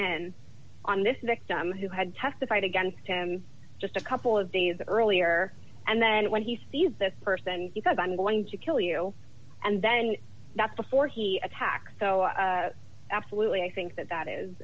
in on this victim who had testified against him just a couple of days earlier and then when he sees this person because i'm going to kill you and then that's before he attacks so absolutely i think that that is